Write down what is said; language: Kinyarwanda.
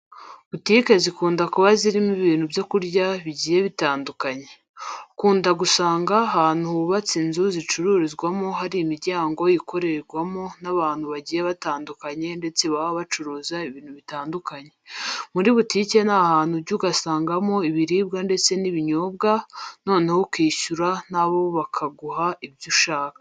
Butike zikunda kuba zirimo ibintu byo kurya bigiye bitandukanye. Ukunda gusanga ahantu hubatse inzu zicururizwamo hari imiryango ikorerwamo n'abantu bagiye batandukanye ndetse baba bacuruza ibintu bitandukanye. Muri butike ni ahantu ujya ugasangamo ibiribwa ndetse n'ibinyobwa, noneho ukishyura na bo bakaguha ibyo ushaka.